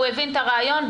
הוא הבין את הרעיון,